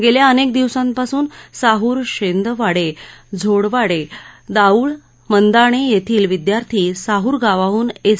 गेल्या अनेक दिवसांपासून साहरशेंदवाडेझोटवाडेदाऊळ मंदाणे येथील विद्यार्थी साहर गावाहन एस